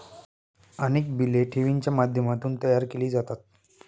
अनेक बिले ठेवींच्या माध्यमातून तयार केली जातात